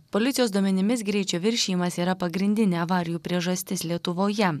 policijos duomenimis greičio viršijimas yra pagrindinė avarijų priežastis lietuvoje